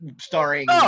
starring